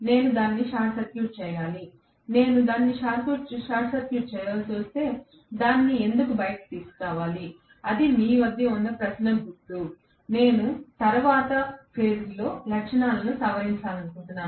నేను దానిని short circuit చేయాలి నేను దానిని షార్ట్ సర్క్యూట్ చేయవలసి వస్తే దాన్ని ఎందుకు బయటకు తీసుకురావాలి అది మీ వద్ద ఉన్న ప్రశ్న గుర్తు నేను తరువాతి ఫేజ్లో లక్షణాలను సవరించాలనుకుంటున్నాను